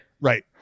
Right